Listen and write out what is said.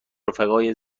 رفقای